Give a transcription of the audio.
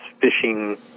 fishing